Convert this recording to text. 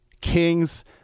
kings